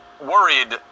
worried